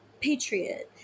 patriot